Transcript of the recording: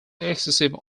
excessive